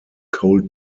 cold